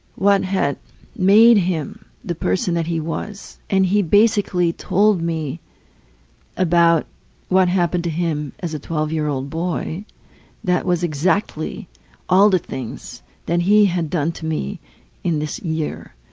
what had made him the person that he was. and he basically told me about what happened to him as a twelve year old boy that was exactly all the things that he had done to me in this year.